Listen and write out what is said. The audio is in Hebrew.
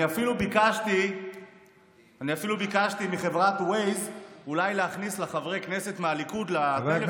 אני אפילו ביקשתי מחברת waze אולי להכניס לחברי הכנסת מהליכוד לטלפון,